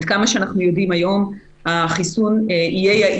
אבל היא אומרת את זה קטגורית.